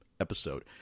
episode